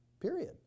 period